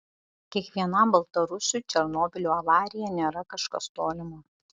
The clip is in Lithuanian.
kiekvienam baltarusiui černobylio avarija nėra kažkas tolimo